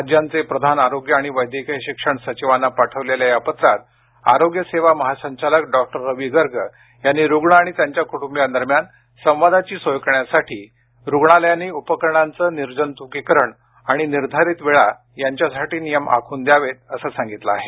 राज्यांचे प्रधान आरोग्य आणि वैद्यकीय शिक्षण सचिवांना पाठविलेल्या या पत्रात आरोग्य सेवा महासंचालक डॉक्टर रावी गर्ग यांनी रुग्ण आणि त्यांच्या कुटुंबीयांदरम्यान संवादाची सोय करण्यासाठी रुग्णालयांनी उपकरणांचे निर्जंतुकीकरण आणि निर्धारित वेळा यांच्यासाठी नियम आखून द्यावेत असं सांगितलं आहे